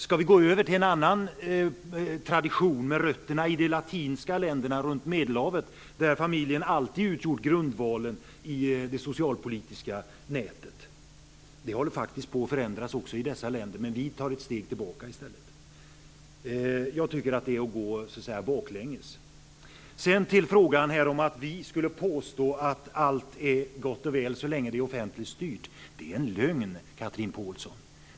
Ska vi gå över till en annan tradition med rötterna i de latinska länderna runt Medelhavet, där familjen alltid utgjort grundvalen i det socialpolitiska nätet? Det håller faktiskt också på att förändras i dessa länder, men vi tar i stället ett steg tillbaka. Jag tycker att det är att gå baklänges. Sedan till frågan om att vi skulle påstå att allt är gott och väl så länge det är offentligt styrt. Det är en lögn Chatrine Pålsson.